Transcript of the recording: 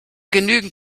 genügend